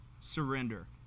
surrender